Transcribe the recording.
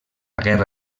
guerra